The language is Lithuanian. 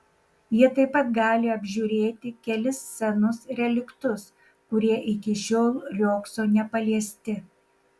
jie taip pat gali apžiūrėti kelis senus reliktus kurie iki šiol riogso nepaliesti